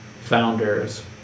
founders